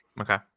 Okay